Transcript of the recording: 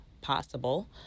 possible